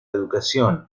educación